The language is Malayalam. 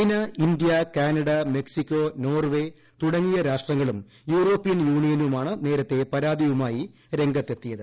China India Canada Mexico Norway തുടങ്ങിയ രാഷ്ട്രങ്ങളും യൂറോപ്യൻ യൂണിയനുമാണ് നേരത്തെ പരാതിയുമായി രംഗത്തെത്തിയത്